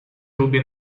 lubię